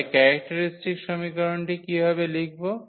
তাহলে ক্যারেক্টারিস্টিক সমীকরণটি কীভাবে লিখব